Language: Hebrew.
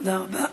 תודה רבה.